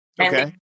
Okay